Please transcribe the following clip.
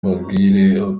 mbabwire